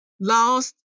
lost